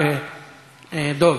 דב.